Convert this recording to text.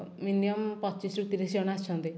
minimum ପଚିଶ ରୁ ତିରିଶ ଜଣ ଆସନ୍ତି